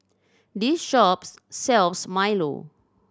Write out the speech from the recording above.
this shop sells milo